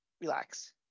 relax